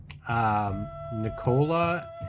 nicola